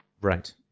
Right